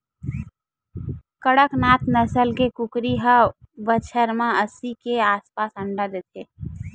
कड़कनाथ नसल के कुकरी ह बछर म अस्सी के आसपास अंडा देथे